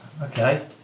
okay